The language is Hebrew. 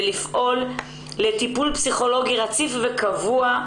ולפעול לטיפול פסיכולוגי רציף וקבוע.